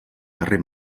carrer